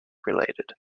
related